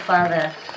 Father